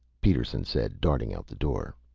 peterson said, darting out the door,